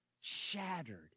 shattered